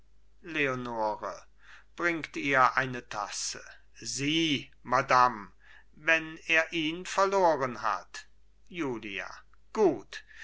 leonore bringt ihr eine tasse sie madam wenn er ihn verloren hat julia gut